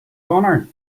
honor